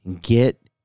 Get